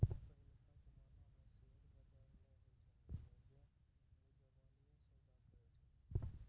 पहिलका जमाना मे शेयर बजार नै होय छलै लोगें मुजबानीये सौदा करै छलै